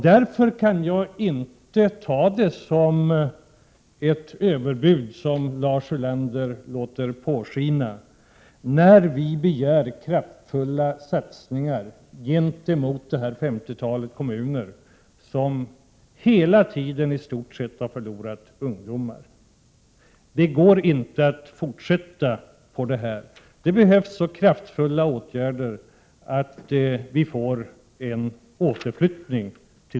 Därför kan jag inte, som Lars Ulander låter påskina, anse att det är ett överbud när vi begär kraftfulla satsningar på ca 50-talet kommuner. Kommuner som i stort sett hela tiden har förlorat ungdomar. Det kan inte fortsätta på det här sättet, det behövs så kraftfulla åtgärder att vi får till stånd en återflyttning.